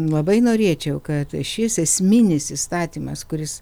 labai norėčiau kad šis esminis įstatymas kuris